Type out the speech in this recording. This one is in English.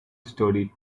story